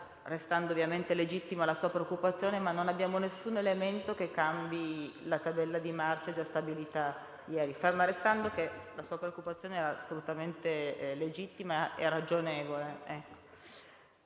restando ovviamente legittima la sua preoccupazione. Non abbiamo alcun elemento che cambi la tabella di marcia già stabilita, fermo restando che la sua preoccupazione è assolutamente ragionevole.